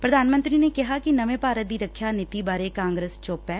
ਪ੍ਰਧਾਨ ਮੰਤਰੀ ਨੇ ਕਿਹਾ ਕਿ ਨਵੇ ਭਾਰਤ ਦੀ ਰਖਿਆ ਨੀਤੀ ਬਾਰੇ ਕਾਗਰਸ ਚੁੱਪ ਏ